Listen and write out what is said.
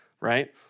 Right